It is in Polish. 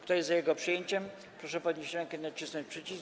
Kto jest za jego przyjęciem, proszę podnieść rękę i nacisnąć przycisk.